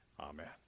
Amen